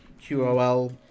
QOL